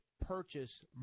purchase